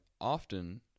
often